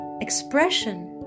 expression